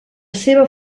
seva